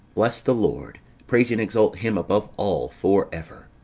bless the lord praise and exalt him above all for ever.